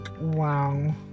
wow